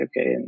okay